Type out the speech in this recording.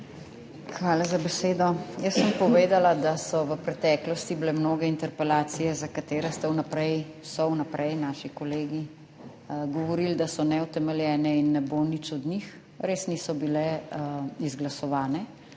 Hvala za besedo. Jaz sem povedala, da so v preteklosti bile mnoge interpelacije za katere ste vnaprej, so vnaprej naši kolegi govorili, da so neutemeljene in ne bo nič od njih. Res niso bile izglasovane,